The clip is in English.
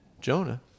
Jonah